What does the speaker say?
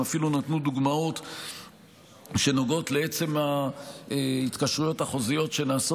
הם אפילו נתנו דוגמאות שנוגעות לעצם ההתקשרויות החוזיות שנעשות